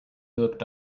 looked